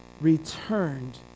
returned